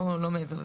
לא מעבר לזה.